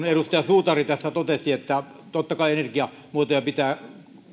edustaja suutari tässä totesi että totta kai energiamuotoja pitää